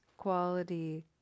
quality